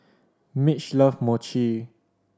Mitch love Mochi